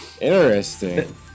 Interesting